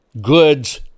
goods